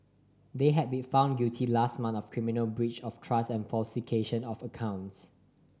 they had been found guilty last month of criminal breach of trust and falsification of accounts